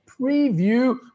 preview